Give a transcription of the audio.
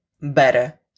better